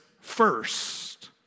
first